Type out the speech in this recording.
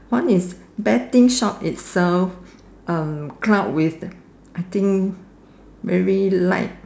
one is betting shop itself um cloud with I think very light